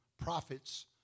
prophets